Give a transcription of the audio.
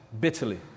bitterly